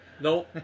No